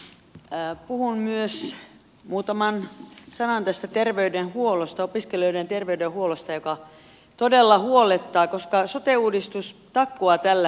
puhun myös muutaman sanan tästä terveydenhuollosta opiskelijoiden terveydenhuollosta joka todella huolettaa koska sote uudistus takkuaa tällä hetkellä